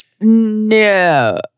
No